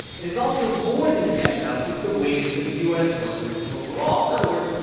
it has also more than kept up with the wages of u s. workers overall in other words,